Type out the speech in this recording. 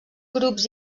grups